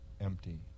empty